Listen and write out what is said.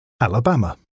Alabama